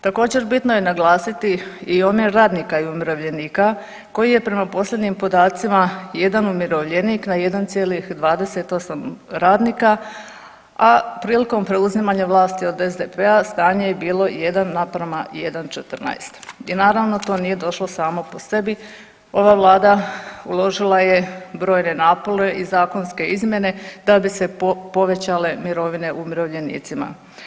Također bitno je naglasiti i omjer radnika i umirovljenika koji je prema posljednjim podacima jedan umirovljenik na 1,28 radnika, a prilikom preuzimanja vlasti od SDP-a stanje je bilo 1 naprema 1,14 i naravno to nije došlo samo po sebi, ova vlada uložila je brojne napore i zakonske izmjene da bi se povećale mirovine umirovljenicima.